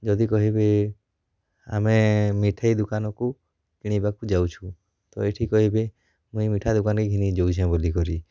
ଯଦି କହିବେ ଆମେ ମିଠାଇ ଦୋକାନକୁ କିଣିବାକୁ ଯାଉଛୁ ତ ଏଇଠି କହିବେ ମୁଇଁ ମିଠା ଦୋକାନ୍ କୁ ଘିନୀ ଯାଉଛେ ବୋଲି କରି